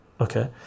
okay